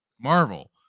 Marvel